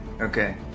Okay